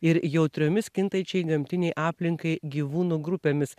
ir jautriomis kintančiai gamtinei aplinkai gyvūnų grupėmis